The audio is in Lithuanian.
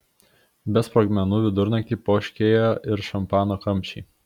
be sprogmenų vidurnaktį poškėjo ir šampano kamščiai